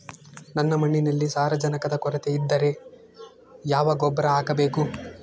ನನ್ನ ಮಣ್ಣಿನಲ್ಲಿ ಸಾರಜನಕದ ಕೊರತೆ ಇದ್ದರೆ ಯಾವ ಗೊಬ್ಬರ ಹಾಕಬೇಕು?